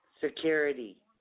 Security